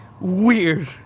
weird